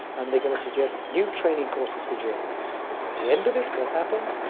and they're going to suggest new training courses for journalists. and at the end of it, what happened?